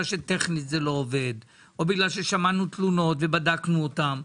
שטכנית זה לא עובד או בגלל ששמענו תלונות ובדקנו אותן,